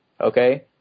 okay